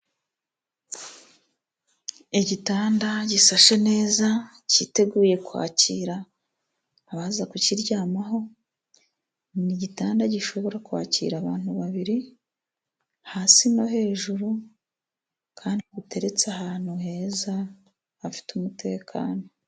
Igitanda gisashe neza cyiteguye kwakira abaza ku kiryamaho, ni igitanda gishobora kwakira abantu babiri hasi no hejuru kandi giteretse ahantu heza hafite umutekano.